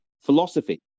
philosophy